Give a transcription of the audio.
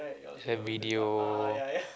these have video